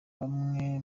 bamwe